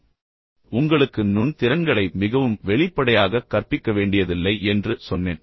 கடந்த சொற்பொழிவில் நான் உங்களுக்கு நுண் திறன்களை மிகவும் வெளிப்படையாக கற்பிக்க வேண்டியதில்லை என்று சொன்னேன்